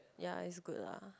ya it's good lah